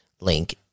link